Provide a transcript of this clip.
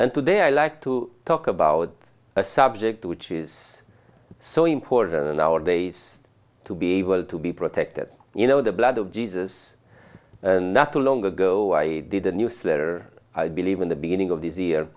and today i like to talk about a subject which is so important in our days to be able to be protected you know the blood of jesus not too long ago i did a newsletter i believe in the beginning of this year